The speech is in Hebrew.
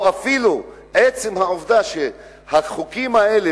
או אפילו עצם העובדה שהחוקים האלה,